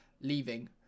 leaving